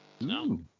no